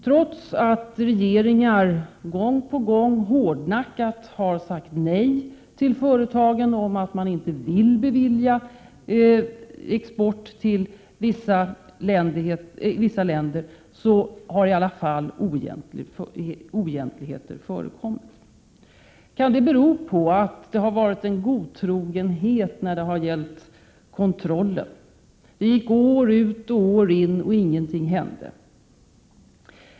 Trots att regeringar gång på gång hårdnackat har sagt nej till företagen till att bevilja export till vissa länder har oegentligheter i alla fall förekommit. Kan det bero på godtrogenhet när det gäller kontrollen? Det gick år efter år och ingenting hände.